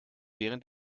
während